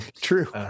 true